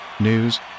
news